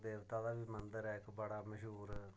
देवता दा बी मंदर ऐ इक बड़ा मश्हूर